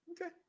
Okay